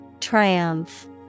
Triumph